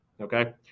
Okay